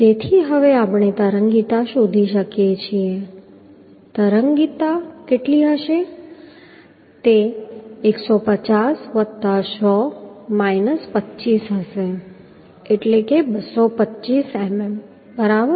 તેથી હવે આપણે તરંગીતા શોધી શકીએ છીએ તરંગીતા કેટલી હશે તે 150 100 25 હશે એટલે કે તે 225 મીમી હશે બરાબર